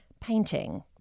Painting